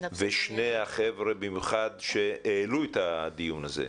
ובמיוחד שני החבר'ה שהעלו את הדיון הזה,